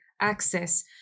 access